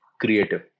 creative